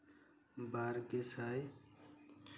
ᱵᱟᱨ ᱜᱮᱥᱟᱭ